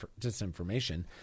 disinformation